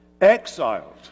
exiled